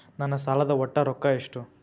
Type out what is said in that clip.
ನನ್ನ ಸಾಲದ ಒಟ್ಟ ರೊಕ್ಕ ಎಷ್ಟು?